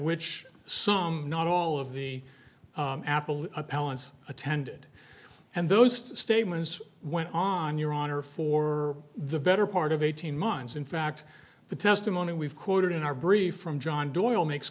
which some not all of the apple appellants attended and those statements went on your honor for the better part of eighteen months in fact the testimony we've quoted in our brief from john doyle makes